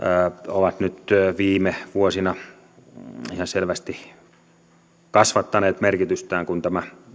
ovat nyt viime vuosina ihan selvästi kasvattaneet merkitystään kun tämä